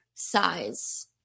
size